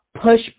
push